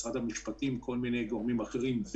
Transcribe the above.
משרד המשפטים וכל מיני גורמים אחרים,